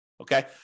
Okay